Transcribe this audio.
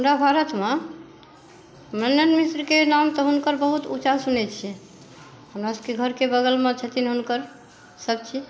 हमरा भारतमे मण्डन मिश्रक नाम तऽ हुनकर बहुत ऊँचा सुनै छियै हमरासभके घरके बग़लमे छथिन हुनकर सभ चीज़